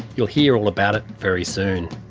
you'll hear all about it very soon.